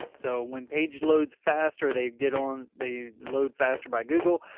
so when page loads fast or they get on, they load faster by google.